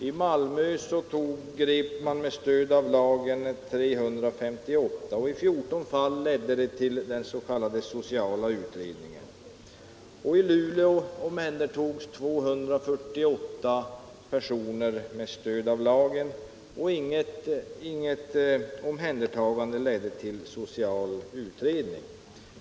I Malmö grep man med stöd av lagen 358 personer, och i 14 fall ledde det till den s.k. sociala utredningen. I Luleå omhändertogs 248 personer med stöd av lagen, och inget omhändertagande ledde till social utredning.